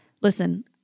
Listen